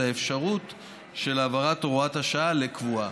האפשרות של הפיכת הוראת השעה לקבועה.